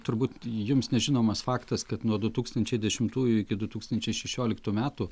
turbūt jums nežinomas faktas kad nuo du tūkstančiai dešimtųjų iki du tūkstančiai šešioliktų metų